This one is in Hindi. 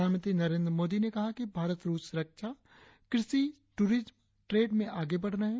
प्रधानमंत्री नरेंद्र मोदी ने कहा कि भारत रुस रक्षा कृषि टूरिज्म ट्रेड में आगे बढ़ रहे है